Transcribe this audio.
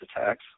attacks